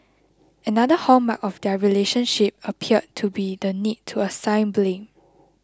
another hallmark of their relationship appeared to be the need to assign blame